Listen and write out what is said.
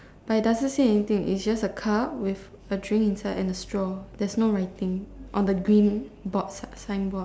but it doesn't say anything it is just a car with a drink inside and a straw there's no writing on the green board ah signboard